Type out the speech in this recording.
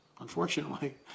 unfortunately